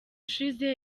ushize